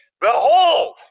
behold